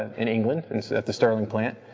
in england, it's at the sterling plant,